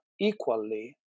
equally